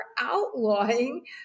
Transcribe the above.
outlawing